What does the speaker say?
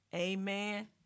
Amen